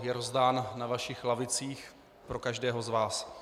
Je rozdán na vašich lavicích pro každého z vás.